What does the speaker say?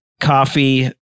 coffee